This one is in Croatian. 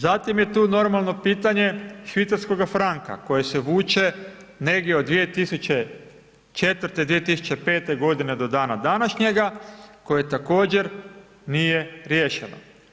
Zatim je tu normalno pitanje švicarskoga franka, koji se vuče negdje od 2004., 2005.g. do dana današnjega, koje također nije riješeno.